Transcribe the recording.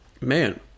man